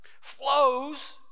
flows